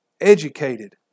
educated